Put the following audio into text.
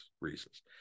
reasons